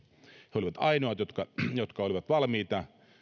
he olivat ainoat jotka jotka olivat valmiita